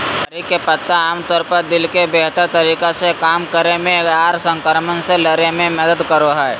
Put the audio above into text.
करी के पत्ता आमतौर पर दिल के बेहतर तरीका से काम करे मे आर संक्रमण से लड़े मे मदद करो हय